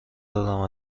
دارم